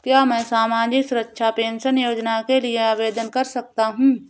क्या मैं सामाजिक सुरक्षा पेंशन योजना के लिए आवेदन कर सकता हूँ?